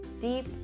Deep